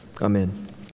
Amen